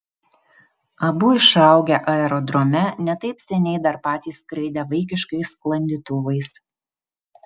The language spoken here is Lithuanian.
abu išaugę aerodrome ne taip seniai dar patys skraidę vaikiškais sklandytuvais